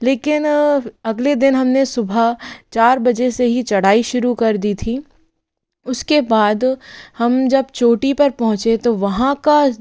लेकिन अगले दिन हमने सुबह चार बजे से ही चढ़ाई शुरू कर दी थी उसके बाद हम जब चोटी पर पहुँचे तो वहाँ का